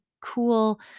cool